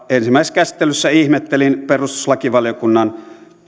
ensimmäisessä käsittelyssä ihmettelin perustuslakivaliokunnan